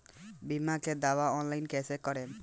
बीमा के दावा ऑनलाइन कैसे करेम?